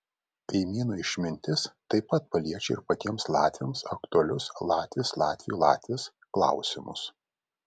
kaimynų išmintis taip pat paliečia ir patiems latviams aktualius latvis latviui latvis klausimus